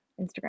instagram